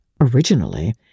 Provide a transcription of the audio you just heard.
Originally